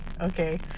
Okay